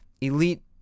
elite